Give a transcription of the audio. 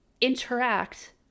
interact